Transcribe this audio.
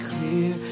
clear